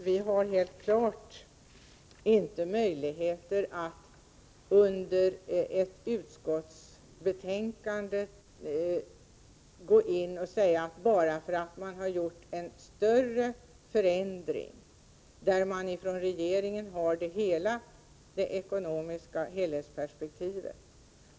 Vi har självfallet inte möjligheter att under arbetet med ett utskottsbetänkande gå in och göra vissa uttalanden med anledning av att en större förändring gjorts på ett område där man från regeringens sida har det ekonomiska helhetsperspektivet.